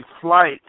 flight